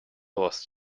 was